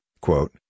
quote